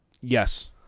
Yes